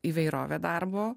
įvairovė darbo